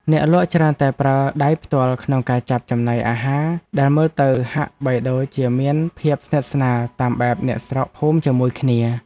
អ្នកលក់ច្រើនតែប្រើដៃផ្ទាល់ក្នុងការចាប់ចំណីអាហារដែលមើលទៅហាក់បីដូចជាមានភាពស្និទ្ធស្នាលតាមបែបអ្នកស្រុកភូមិជាមួយគ្នា។